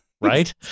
right